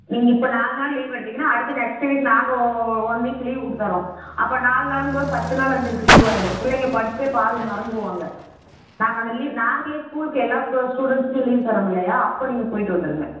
நீங்கள் இப்போ நால் நாள் லீவ் எடுத்தீங்கன்னா அடுத்த நெக்ஸ்ட்டு வீக் நாங்கள் ஓ ஒன் வீக் லீவ் கொடுத்துறோம் அப்போ நால் நாளுங்கும்போது பத்து நாள் அவங்களுக்கு லீவ் ஆயிடும் பிள்ளைங்க படிப்பே பாதி மறந்துருவாங்க நாங்கள் அந்த லீவ் நாங்களே ஸ்கூலுக்கு எல்லா கோ ஸ்டூடெண்ட்ஸ்க்குமே லீவ் தரோம் இல்லையா அப்போ நீங்கள் போயிவிட்டு வந்துருங்க